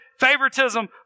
favoritism